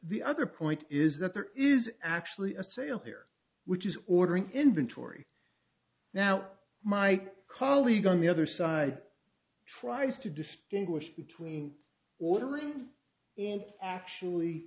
other point is that there is actually a sale here which is ordering inventory now my colleague on the other side tries to distinguish between ordering and actually